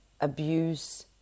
abuse